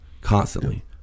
Constantly